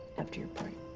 after your party.